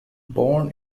born